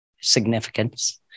significance